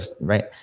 right